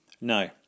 No